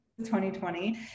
2020